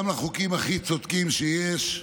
גם לחוקים הכי צודקים שיש.